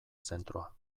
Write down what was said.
zentroa